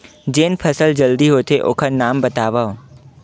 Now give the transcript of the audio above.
जेन फसल जल्दी होथे ओखर नाम बतावव?